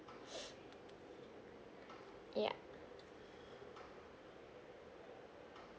yup